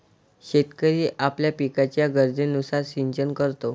शेतकरी आपल्या पिकाच्या गरजेनुसार सिंचन करतो